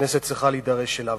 והכנסת צריכה להידרש לו.